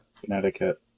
Connecticut